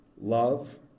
love